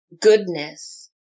goodness